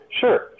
Sure